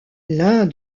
l’un